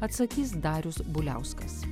atsakys darius buliauskas